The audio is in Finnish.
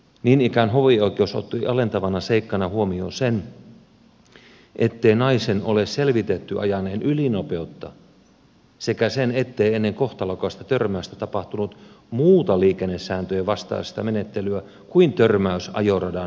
niin ikään hovioikeus otti alentavana seikkana huomioon sen ettei naisen ole selvitetty ajaneen ylinopeutta sekä sen ettei ennen kohtalokasta törmäystä tapahtunut muuta liikennesääntöjen vastaista menettelyä kuin törmäys ajoradan reunakiveykseen